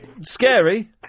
scary